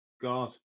God